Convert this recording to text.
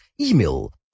email